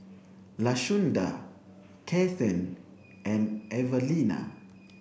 Lashunda Cathern and Evalena